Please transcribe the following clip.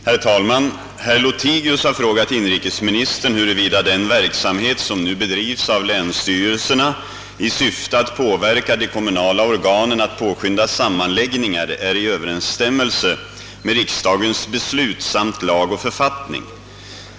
Herr talman! Herr Lothigius har frågat inrikesministern huruvida den verksamhet, som nu bedrivs av länsstyrelserna i syfte att påverka de kommunala organen att påskynda sammanläggningar, är i överensstämmelse med riksdagens beslut samt lag och författning.